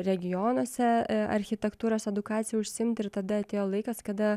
regionuose architektūros edukacija užsiimti ir tada atėjo laikas kada